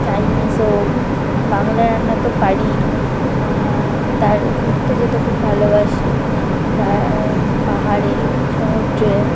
Chinese হোক বাংলা রান্না তো পারিই তার ঘুরতে যেতে খুব ভালোবাসি পাহাড়ে সমুদ্রে